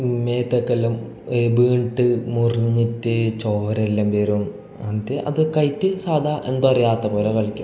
മേത്തൊക്കെ എല്ലാം വീണിട്ട് മുറിഞ്ഞിട്ട് ചോര എല്ലാം വരും എന്നിട്ട് അതൊക്കെ ആയിട്ട് സാധാ എന്താ അറിയാത്ത പോലെ കളിക്കും